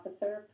Officer